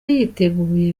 yiteguye